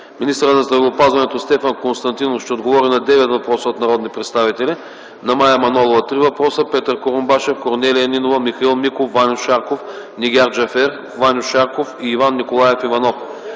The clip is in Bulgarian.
Министърът на здравеопазването Стефан Константинов ще отговори на девет въпроса от народните представители на Мая Манолова – три въпроса, Петър Курумбашев, Корнелия Нинова, Михаил Миков, Ваньо Шарков, Нигяр Джафер, Ваньо Шарков и Иван Николаев Иванов.